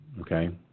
Okay